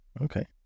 okay